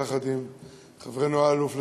יחד עם חברנו אלאלוף,